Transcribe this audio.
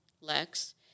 Lex